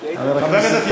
חבר הכנסת,